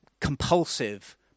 compulsive